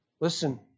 Listen